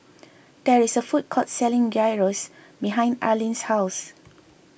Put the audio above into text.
there is a food court selling Gyros behind Arlyn's house